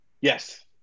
Yes